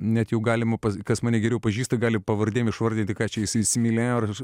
net jau galima pasakyt kas mane geriau pažįsta gali pavardėm išvardyti ką čia jis įsimylėjo ar